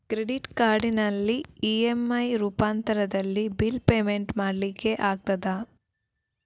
Credit ಕಾರ್ಡಿನಲ್ಲಿ EMI ರೂಪಾಂತರದಲ್ಲಿ bill payment ಮಾಡ್ಲಿಕ್ಕೆ ಆಗ್ತದ?